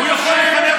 להתבייש.